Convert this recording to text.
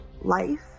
life